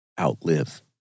outlive